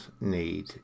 need